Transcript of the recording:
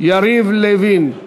יריב לוין.